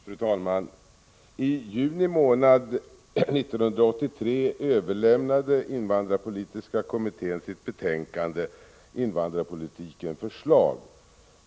Fru talman! I juni månad 1983 överlämnade invandrarpolitiska kommittén sitt betänkande Invandrarpolitiken, förslag.